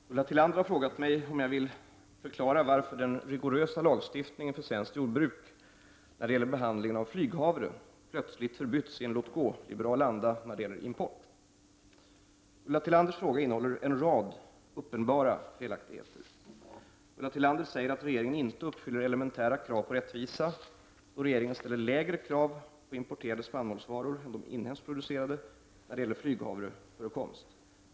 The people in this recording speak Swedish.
Fru talman! Ulla Tillander har frågat mig om jag vill förklara varför den rigorösa lagstiftningen för svenskt jordbruk när det gäller behandlingen av flyghavre plötsligt förbytts i en låt-gå-liberal anda när det gäller import. Ulla Tillanders interpellation innehåller en rad uppenbara felaktigheter. Ulla Tillander säger att regeringen inte uppfyller elementära krav på rättvisa då regeringen ställer lägre krav på importerade spannmålsvaror än på de inhemskt producerade när det gäller flyghavreförekomst.